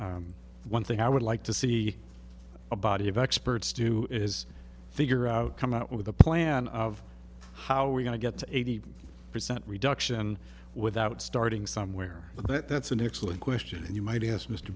so one thing i would like to see a body of experts do is figure out come out with a plan of how we're going to get to eighty percent reduction without starting somewhere but that's an excellent question and you might ask m